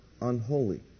unholy